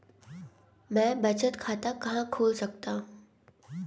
मैं बचत खाता कहाँ खोल सकता हूँ?